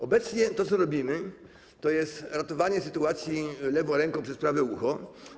Obecnie to, co robimy, to jest ratowanie sytuacji lewą ręką przez prawe ucho.